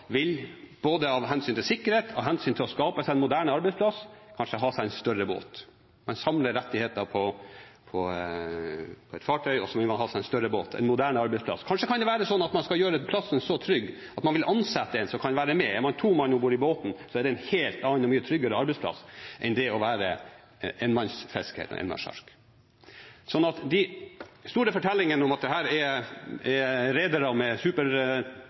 vil både av hensyn til sikkerhet og for å skape seg en moderne arbeidsplass kanskje ha en større båt. Man samler rettigheter på et fartøy, og så vil man ha en større båt, en moderne arbeidsplass. Kanskje vil man gjøre plassen så trygg fordi man vil ansette en som kan være med? Er man to mann om bord i båten, er det en helt annen og mye tryggere arbeidsplass enn når man er enmannsfisker på en enmannssjark. De store fortellingene om at dette er redere med